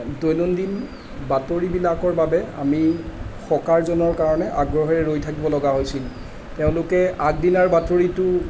দৈনন্দিন বাতৰিবিলাকৰ বাবে আমি হকাৰজনৰ কাৰণে আগ্ৰহেৰে ৰৈ থাকিব লগা হৈছিল তেওঁলোকে আগদিনাৰ বাতৰিটো